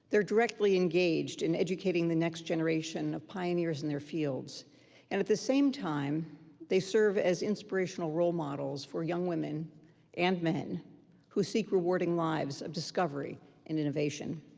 they're directly engaged in educating the next generation of pioneers in their fields, and at the same time they serve as inspirational role models for young women and men who seek rewarding lives of discovery and innovation.